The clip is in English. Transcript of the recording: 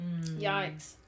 Yikes